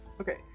Okay